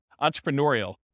Entrepreneurial